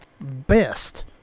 best